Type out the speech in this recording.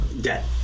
Dead